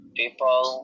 people